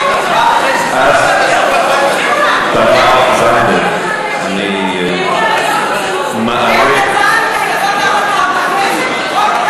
אבל איך שיוצא תזרוק, איך זה קשור לחוק הזה?